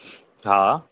हा